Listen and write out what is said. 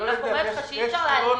אני רק אומרת לך שאי אפשר להעלים את זה.